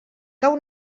cau